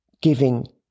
giving